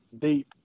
deep